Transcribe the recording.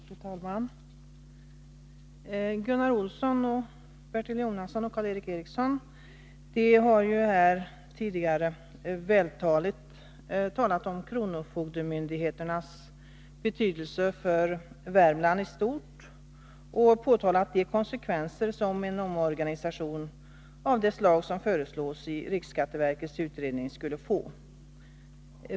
Fru talman! Gunnar Olsson, Bertil Jonasson och Karl Erik Eriksson har tidigare vältaligt beskrivit kronofogdemyndigheternas betydelse för Värmland i stort och påtalat de konsekvenser som en omorganisation av det slag som föreslås i riksskatteverkets utredning skulle få.